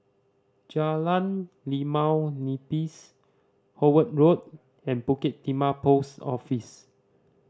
Jalan Limau Nipis Howard Road and Bukit Timah Post Office